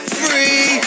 free